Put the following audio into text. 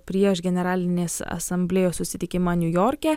prieš generalinės asamblėjos susitikimą niujorke